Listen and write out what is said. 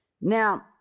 Now